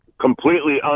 completely